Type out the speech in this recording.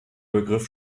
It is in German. begriff